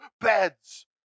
beds